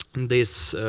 this